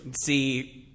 See